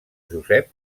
josep